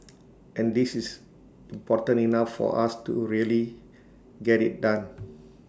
and this is important enough for us to really get IT done